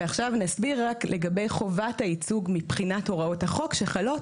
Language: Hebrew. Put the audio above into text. ועכשיו נסביר רק לגבי חובת הייצוג מבחינת הוראות החוק שחלות,